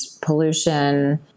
pollution